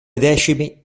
decimi